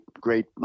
great